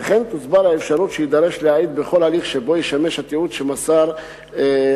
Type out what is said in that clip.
וכן תוסבר האפשרות שיידרש להעיד בכל הליך שבו ישמש התיעוד שמסר ראיה.